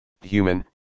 human